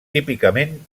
típicament